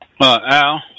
Al